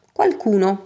qualcuno